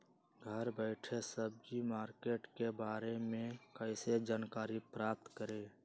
घर बैठे सब्जी मार्केट के बारे में कैसे जानकारी प्राप्त करें?